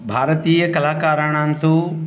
भारतीयकलाकाराणां तु